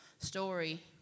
story